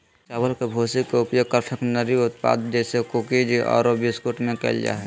चावल के भूसी के उपयोग कन्फेक्शनरी उत्पाद जैसे कुकीज आरो बिस्कुट में कइल जा है